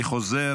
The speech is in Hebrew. אני חוזר,